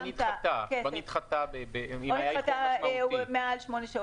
או נדחתה ונגרם איחור משמעותי.